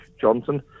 Johnson